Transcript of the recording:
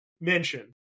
mention